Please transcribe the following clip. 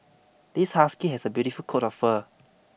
this husky has a beautiful coat of fur